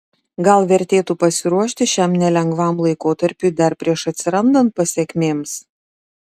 gal vertėtų pasiruošti šiam nelengvam laikotarpiui dar prieš atsirandant pasekmėms